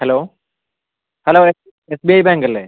hello hello S B I bank അല്ലേ